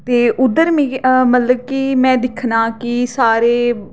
ते उद्धर मिकी मतलब कि में दिक्खना कि सारे